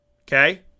okay